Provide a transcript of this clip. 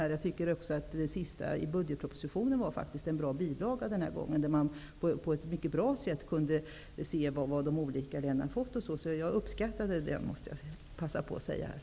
I den senaste budgetpropositionen var det en bra bilaga, där man på ett mycket bra sätt kunde se vad de olika länderna har fått. Jag uppskattade den.